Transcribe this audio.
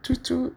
toot toot